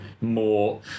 more